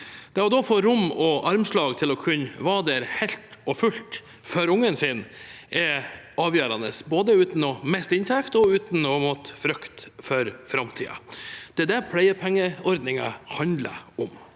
å få rom og armslag til å kunne være der helt og fullt for ungen sin, uten å miste inntekt og uten å måtte frykte for framtiden. Det er det pleiepengeordningen handler om.